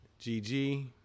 GG